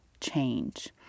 change